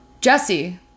Jesse